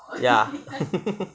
ya